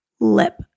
lip